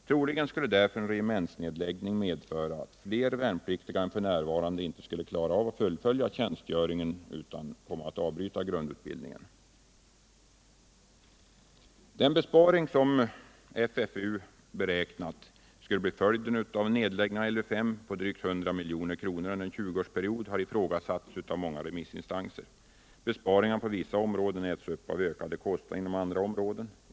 Troligen skulle därför en regementsnedläggning medföra att fler värnpliktiga än f.n. inte skulle klara av att fullfölja tjänstgöringen, utan kommer att avbryta grundutbildningen. Den besparing som FFU beräknat skulle bli följden av en nedläggning av Lv 5 — drygt 100 milj.kr. under en 20-årsperiod — har ifrågasatts av flera remissinstanser. Besparingarna på vissa områden äts upp av ökade kostnader inom andra områden.